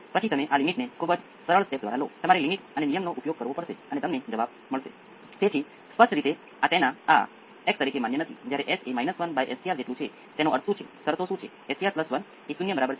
હવે આને વધુ સરળ બનાવવાની સૌથી અનુકૂળ રીત એ છે કે A 1 ને પોલાર j ની ×A 1 નો ખૂણો છે